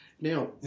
now